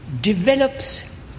develops